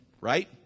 right